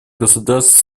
государств